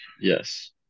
Yes